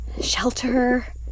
Shelter